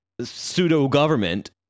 pseudo-government